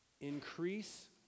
increase